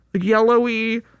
yellowy